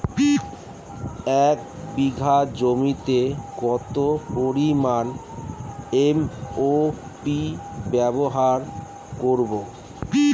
এক বিঘা জমিতে কত পরিমান এম.ও.পি ব্যবহার করব?